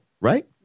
right